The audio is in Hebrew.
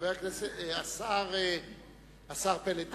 השר פלד נמצא פה.